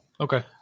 Okay